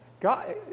god